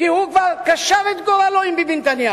כי הוא כבר קשר את גורלו עם ביבי נתניהו.